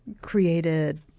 created